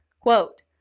Quote